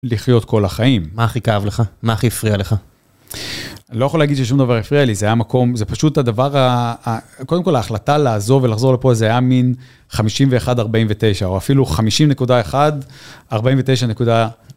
לחיות כל החיים. מה הכי כאב לך? מה הכי הפריע לך? לא יכול להגיד ששום דבר הפריע לי, זה היה מקום, זה פשוט הדבר ה... קודם כל ההחלטה לעזור ולחזור לפה זה היה מין 51-49 או אפילו 50.1 - 49.